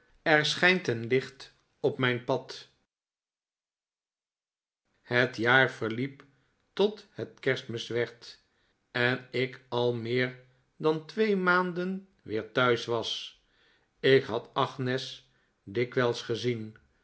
er schijnt een licht op mijn pad het jaar verliep tot het kerstmis werd en ik al meer dan twee maanden weer thuis was ik had agnes dikwijls gezien